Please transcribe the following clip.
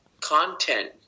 content